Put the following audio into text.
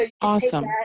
Awesome